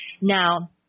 Now